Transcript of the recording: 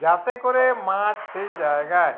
যাতে করে মাছ সেই জায়গায়